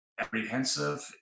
apprehensive